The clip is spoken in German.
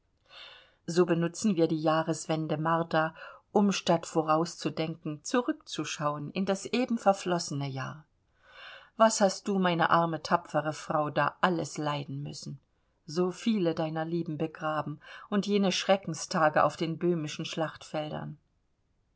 so benutzen wir die jahreswende martha um statt vorauszudenken zurückzuschauen in das eben verflossene jahr was hast du meine arme tapfere frau da alles leiden müssen so viele deiner lieben begraben und jene schreckenstage auf den böhmischen schlachtfeldern